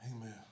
Amen